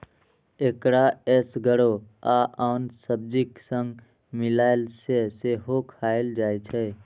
एकरा एसगरो आ आन सब्जीक संग मिलाय कें सेहो खाएल जाइ छै